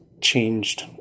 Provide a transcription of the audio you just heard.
changed